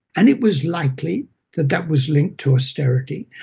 and it was likely that that was linked to austerity.